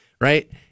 right